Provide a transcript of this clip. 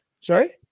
Sorry